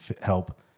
help